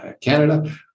Canada